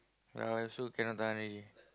ya we also cannot done already